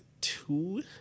two